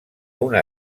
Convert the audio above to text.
una